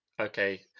okay